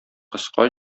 кыска